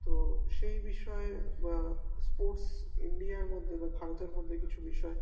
তো সেই বিষয়ে বা স্পোর্টস ইন্ডিয়ার মধ্যে বা ভারতের মধ্যে কিছু বিষয়